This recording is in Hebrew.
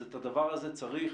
אז את הדבר הזה צריך,